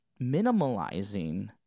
minimalizing